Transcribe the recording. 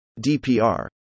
DPR